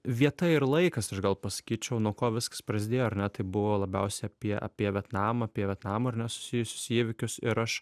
vieta ir laikas aš gal pasakyčiau nuo ko viskas prasidėjo ar ne tai buvo labiausiai apie apie vietnamą apie vietnamo ar ne susijusius įvykius ir aš